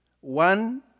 one